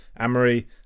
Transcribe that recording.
Amory